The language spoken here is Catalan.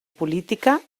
política